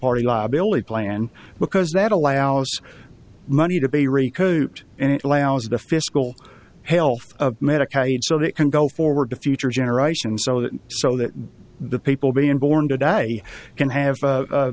party liability plan because that allows money to be recruit and it allows the fiscal health of medicaid so that it can go forward to future generations so that so that the people being born today can have